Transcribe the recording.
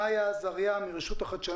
מאיה עזריה מרשות החדשות